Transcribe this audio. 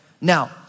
Now